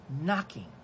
knocking